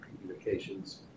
communications